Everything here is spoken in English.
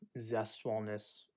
Zestfulness